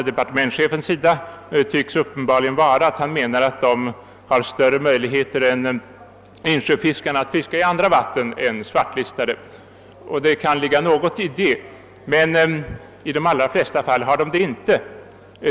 Departementschefens motivering tycks uppenbarligen vara den, att saltsjöfiskarna skulle ha större möjligheter än insjöfiskarna att fiska i andra vatten än svartlistade. Det kan ligga något i detta resonemang, men i de allra flesta fall har de det inte.